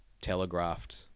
telegraphed